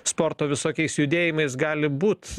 sporto visokiais judėjimais gali būt